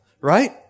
right